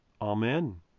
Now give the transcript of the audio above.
Amen